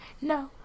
no